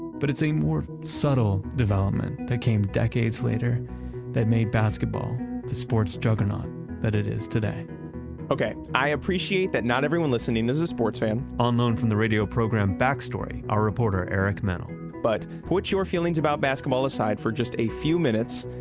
but it's a more subtle development that came decades later that made basketball the sports juggernaut that it is today okay, i appreciate that not everyone listening as a sports fan on loan from the radio program backstory our reporter, eric mennel but but put your feelings about basketball aside for just a few minutes,